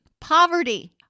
poverty